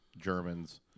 Germans